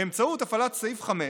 באמצעות הפעלת סעיף 5